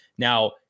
Now